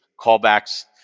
callbacks